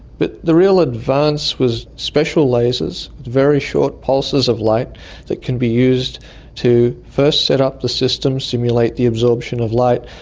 but the real advance was special lasers, very short pulses of light that can be used to first set up the system, stimulate the absorption of light,